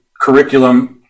curriculum